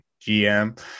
GM